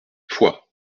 foix